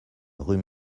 rue